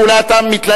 אולי אתה מתלהב,